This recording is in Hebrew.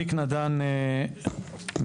בבקשה, אליק נדן מ"נתיב".